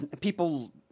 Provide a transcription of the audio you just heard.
People